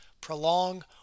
prolong